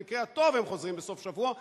במקרה הטוב הם חוזרים בסוף השבוע,